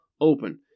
open